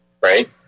right